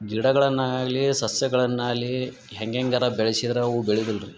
ಗಿಡಗಳನಾಗಲಿ ಸಸ್ಯಗಳನಾಲಿ ಹೆಂಗೆಂಗರ ಬೆಳಿಸಿದ್ರ ಅವು ಬೆಳಿದಿಲ್ಲ ರೀ